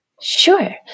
sure